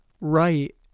right